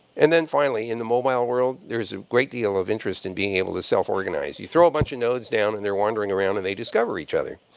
and then, finally, in the mobile world, there is a great deal of interest in being able to self-organize. you throw a bunch of nodes down and they're wandering around and they discover each other.